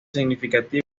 significativa